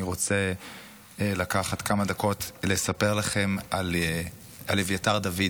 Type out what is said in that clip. אני רוצה לקחת כמה דקות לספר לכם על אביתר דוד.